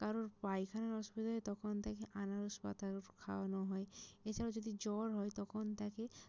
কারোর পায়খানার অসুবিধা হয় তখন তাকে আনারস পাতার রস খাওয়ানো হয় এছাড়াও যদি জ্বর হয় তখন তাকে